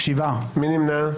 מי נמנע?